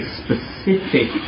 specific